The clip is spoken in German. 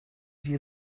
die